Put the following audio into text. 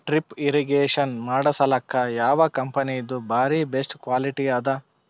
Drip irrigation ಮಾಡಸಲಕ್ಕ ಯಾವ ಕಂಪನಿದು ಬಾರಿ ಬೆಸ್ಟ್ ಕ್ವಾಲಿಟಿ ಅದ?